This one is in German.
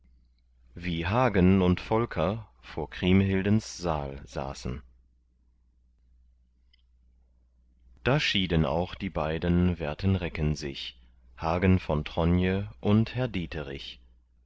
wie hagen und volker vor kriemhildens saal saßen da schieden auch die beiden werten recken sich hagen von tronje und herr dieterich